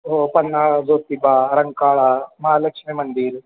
हो पन्हाळा ज्योतिबा रंकाळा महालक्ष्मी मंदिर